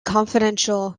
confidential